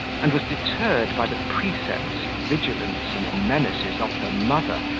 and was deterred by the precepts, vigilance and menaces of her mother,